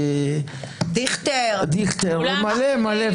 דיכטר וביטן מלא מלא,